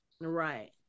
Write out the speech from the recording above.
right